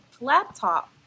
laptop